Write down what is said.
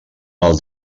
del